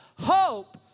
Hope